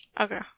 Okay